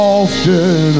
often